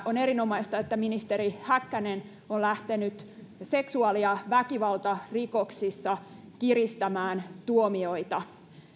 on erinomaista että ministeri häkkänen on lähtenyt seksuaali ja väkivaltarikoksissa kiristämään tuomioita